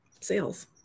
sales